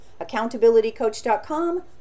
accountabilitycoach.com